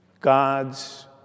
God's